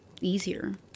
easier